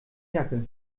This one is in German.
jacke